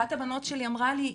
אחת הבנות שלי אמרה לי,